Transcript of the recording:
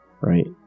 right